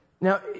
Now